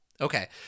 Okay